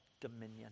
dominion